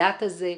במנדט הזה.